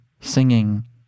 singing